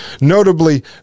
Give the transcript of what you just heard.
notably